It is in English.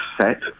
set